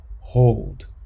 Hold